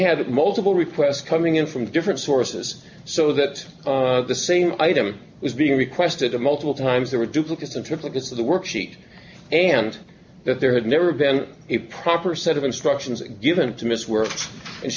had multiple requests coming in from different sources so that the same item was being requested to multiple times they were duplicate in triplicates of the worksheet and that there had never been a proper set of instructions given to miss work and